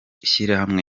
ishyirahamwe